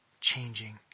changing